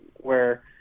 where-